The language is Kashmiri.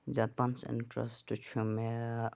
زیادٕ پَہنَس اِنٹرسٹ چھُ مےٚ